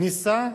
ניסה,